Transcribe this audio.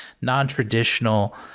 non-traditional